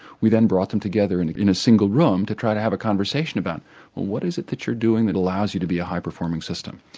we then brought them together and in a single room to try to have a conversation about what is it that you're doing that allows you to be a high performing system?